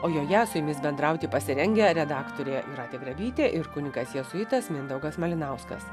o joje su jumis bendrauti pasirengę redaktorė jūratė grabytė ir kunigas jėzuitas mindaugas malinauskas